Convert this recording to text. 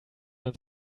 uns